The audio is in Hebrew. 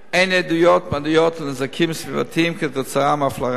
אין עדויות מדעיות לנזקים סביבתיים כתוצאה מההפלרה.